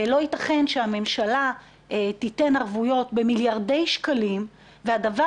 ולא ייתכן שהממשלה תיתן ערבויות במיליארדי שקלים והדבר